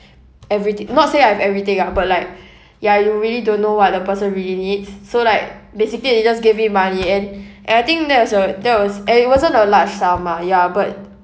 everythi~ not say I've everything ah but like ya you really don't know what the person really needs so like basically they just give me money and and I think that was a that was and it wasn't a large sum ah ya but